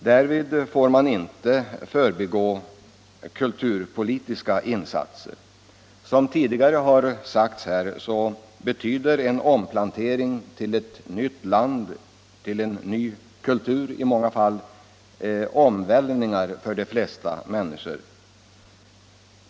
Därvid får man inte förbigå kulturpolitiska insatser. Som tidigare har sagts här betyder en omplantering till ett nytt land — i många fall till en ny kultur — omvälvningar för de flesta människor.